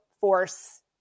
force